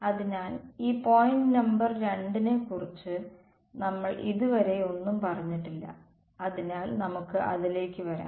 അതിനാൽ ഈ point number 2 നെക്കുറിച്ച് നമ്മൾ ഇതുവരെ ഒന്നും പറഞ്ഞിട്ടില്ല അതിനാൽ നമുക്ക് അതിലേക്ക് വരാം